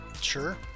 Sure